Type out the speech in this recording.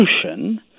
solution